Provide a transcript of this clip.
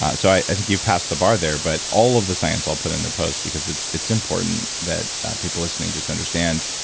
um so i think you've passed the bar there. but all of the science i'll put in the post, because it's it's important that people listening just understand,